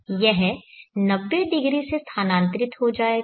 यह 90° से स्थानांतरित हो जाएगा